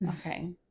okay